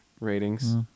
ratings